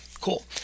Cool